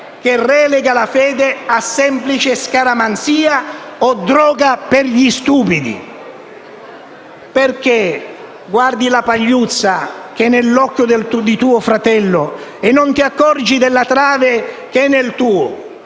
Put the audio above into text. che relega la fede a semplice scaramanzia o droga per gli stupidi. «Perché guardi la pagliuzza che è nell'occhio del tuo fratello, e non t'accorgi della trave che è nel tuo?».